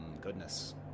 goodness